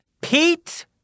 Pete